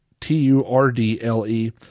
T-U-R-D-L-E